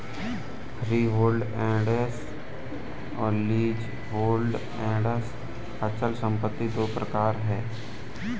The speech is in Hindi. फ्रीहोल्ड एसेट्स, लीजहोल्ड एसेट्स अचल संपत्ति दो प्रकार है